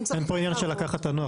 אין פה עניין של לקחת את הנוח.